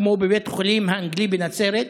כמו בבית החולים האנגלי בנצרת,